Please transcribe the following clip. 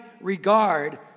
regard